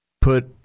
put